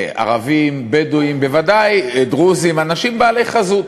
ערבים, בדואים, בוודאי דרוזים, אנשים בעלי חזות,